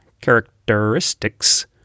characteristics